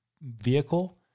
vehicle